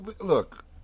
look